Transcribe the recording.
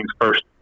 first